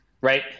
right